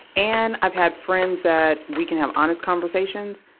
and i've had friends that we can have honest conversations.